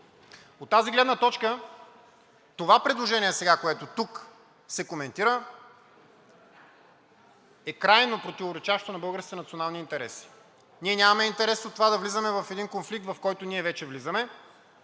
От тази гледна точка това предложение сега, което тук се коментира, е крайно противоречащо на българските национални интереси. Ние нямаме интерес от това да влизаме в един конфликт, в който ние вече влизаме.